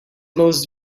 most